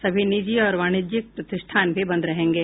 सभी निजी और वाणिज्यिक प्रतिष्ठान भी बंद रहेंगे